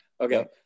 okay